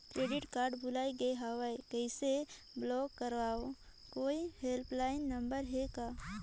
Credit card भुला गे हववं कइसे ब्लाक करव? कोई हेल्पलाइन नंबर हे का?